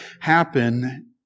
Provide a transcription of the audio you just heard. happen